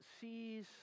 sees